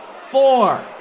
four